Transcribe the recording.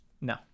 no